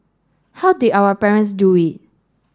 how did our parents do it